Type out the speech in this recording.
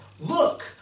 Look